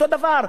אותו דבר,